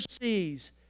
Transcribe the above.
sees